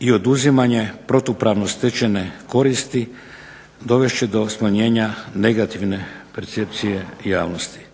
i oduzimanje protupravne stečene koristi dovest će do smanjenja negativne percepcije javnosti.